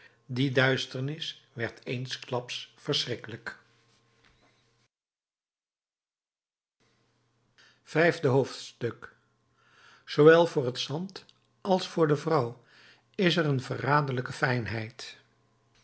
die duisternis werd eensklaps verschrikkelijk vijfde hoofdstuk zoowel voor het zand als voor de vrouw is er een verraderlijke fijnheid